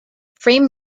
frame